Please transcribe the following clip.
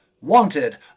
wanted